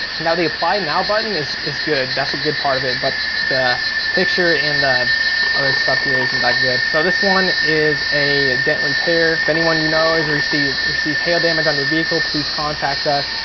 and now the apply and now button is is good, that's a good part of it, but the picture and the other stuff here isn't that good. so this one is a dent repair. if anyone you know has received received hail damage on your vehicle, please contact us.